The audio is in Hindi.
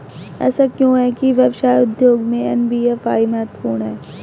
ऐसा क्यों है कि व्यवसाय उद्योग में एन.बी.एफ.आई महत्वपूर्ण है?